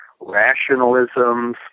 rationalisms